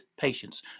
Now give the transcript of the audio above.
patients